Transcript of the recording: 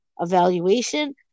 evaluation